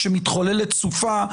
כאשר מתחוללת סופה,